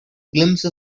glimpse